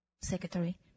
Secretary